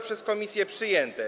przez komisję przyjęte.